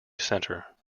centre